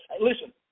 listen